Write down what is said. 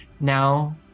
now